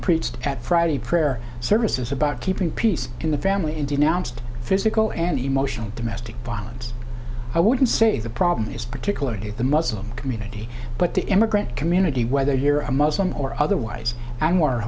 preached at friday prayer services about keeping peace in the family and denounced physical and emotional domestic violence i wouldn't say the problem is particular to the muslim community but the immigrant community whether you're a muslim or otherwise and more